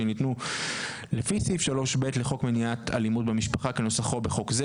שניתנו לפי סעיף 3ב לחוק למניעת אלימות במשפחה כנוסחו בחוק זה,